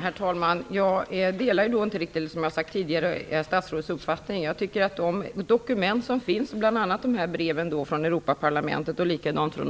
Herr talman! Som jag har sagt tidigare delar jag inte riktigt statsrådets uppfattning. Jag tycker att det framgår av de dokument som finns - bl.a. breven från